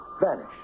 vanish